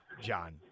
John